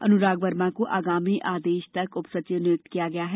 अनुराग वर्मा को आगामी आदेश तक उप सचिव नियुक्त किया गया है